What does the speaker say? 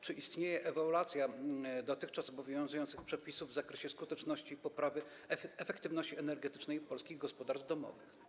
Czy istnieje ewaluacja dotychczas obowiązujących przepisów w zakresie skuteczności poprawy efektywności energetycznej polskich gospodarstw domowych?